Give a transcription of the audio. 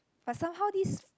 but somehow this